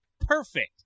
perfect